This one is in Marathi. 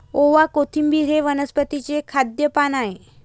ओवा, कोथिंबिर हे वनस्पतीचे खाद्य पान आहे